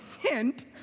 hint